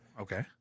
Okay